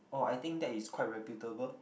oh I think that is quite reputable